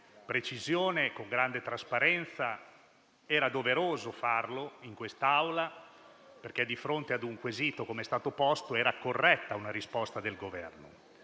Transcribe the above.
precisione e con grande trasparenza, come era doveroso fare in quest'Aula, perché di fronte ad un quesito come quello che è stato posto era corretta una risposta del Governo.